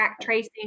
tracing